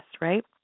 right